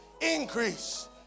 increase